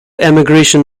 emigration